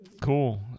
Cool